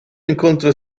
incontro